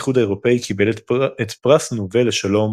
האיחוד האירופי קיבל את פרס נובל לשלום